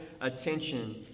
attention